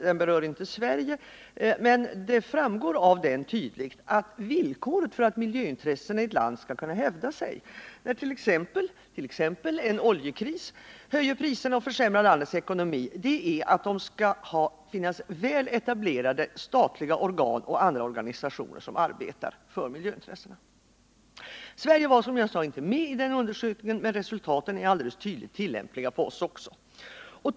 Den berör inte Sverige, men det framgår tydligt att villkoret för att miljöintressena i ett land skall kunna hävda sig när t.ex. en oljekris höjer priserna och försämrar landets ekonomi är att det skall finnas väl etablerade statliga organ och andra organisationer som arbetar för miljöintressena. Sverige var, som jag sade, inte med i undersökningen, men resultaten är alldeles tydligt tillämpliga på vårt land också.